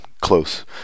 close